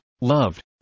loved